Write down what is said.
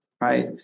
right